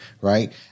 right